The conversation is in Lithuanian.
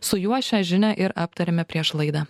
su juo šią žinią ir aptarėme prieš laidą